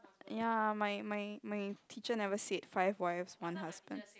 ya my my my teacher never said five wives one husband